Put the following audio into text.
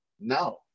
no